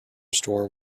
store